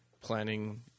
planning